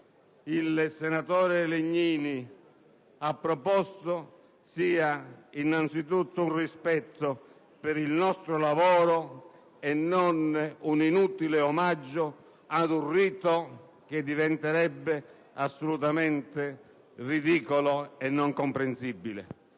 dal senatore Legnini esprima innanzitutto rispetto per il nostro lavoro e non un inutile omaggio ad un rito che diventerebbe assolutamente ridicolo e non comprensibile.